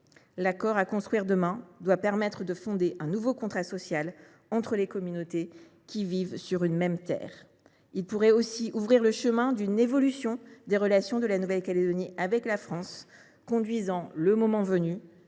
L’accord à construire demain doit permettre de fonder un nouveau contrat social entre les communautés qui vivent sur une même terre. Il pourrait aussi ouvrir le chemin d’une évolution des relations de la Nouvelle Calédonie avec la France, conduisant, le moment venu,